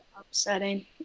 upsetting